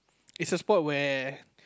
it's a sport where